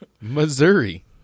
Missouri